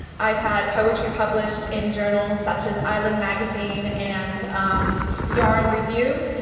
i've had poetry published in journals such as island magazine and yarn review.